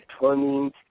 turning